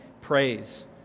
praise